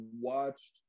watched